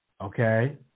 okay